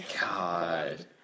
god